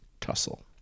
tussle